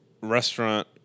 restaurant